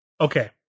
Okay